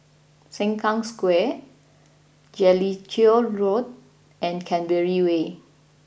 Sengkang Square Jellicoe Road and Canberra Way